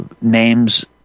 names